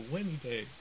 Wednesday